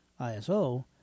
ISO